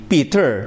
Peter